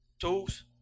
tools